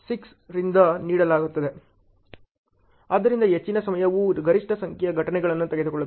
ಆದ್ದರಿಂದ ಹೆಚ್ಚಿನ ಸಮಯವು ಗರಿಷ್ಠ ಸಂಖ್ಯೆಯ ಘಟನೆಗಳನ್ನು ತೆಗೆದುಕೊಳ್ಳುತ್ತದೆ